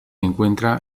encuentra